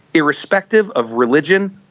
irrespective of religion,